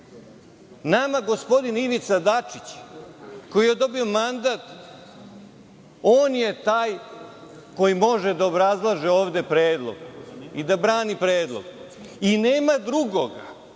nama gospodin Ivica Dačić, koji je dobio mandat, on je taj koji može da obrazlaže predlog i da brani predlog i nema drugoga,